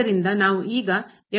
ಆದ್ದರಿಂದ ನಾವು ಈಗ ಅನ್ನು ಬದಲಿಸುತ್ತೇವೆ